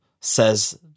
says